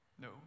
no